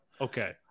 Okay